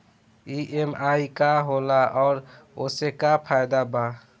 EMI का होला और ओसे का फायदा बा?